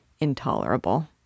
intolerable